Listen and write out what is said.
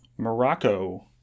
Morocco